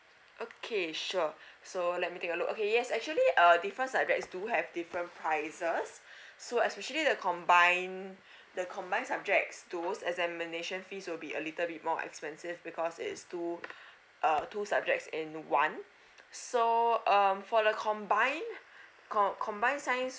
okay sure so let me take a look okay yes actually err different subjects do have different prices so especially the combined the combined subjects those examination fees will be a little bit more expensive because it's two err two subjects in one so um for the combined co~ combined science